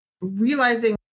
realizing